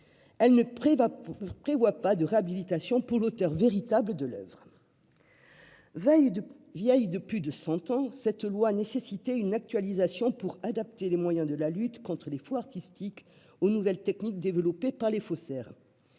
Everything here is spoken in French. qui ne prévoit pas de réhabilitation pour l'auteur véritable de l'oeuvre. Vieille de plus de cent ans, cette loi nécessitait une actualisation pour adapter les moyens de la lutte contre les faux artistiques aux nouvelles techniques développées par les faussaires.